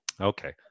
Okay